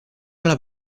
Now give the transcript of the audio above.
alla